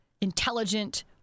intelligent